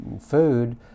food